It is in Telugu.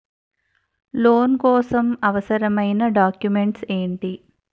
లోన్ కోసం అవసరమైన డాక్యుమెంట్స్ ఎంటి?